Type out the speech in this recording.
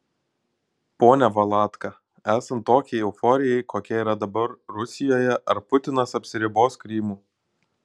pone valatka esant tokiai euforijai kokia yra dabar rusijoje ar putinas apsiribos krymu